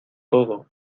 todo